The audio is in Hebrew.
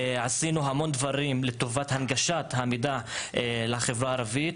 עשינו המון דברים לטובת הנגשה לחברה הערבית.